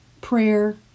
prayer